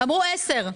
אמרו: עשר.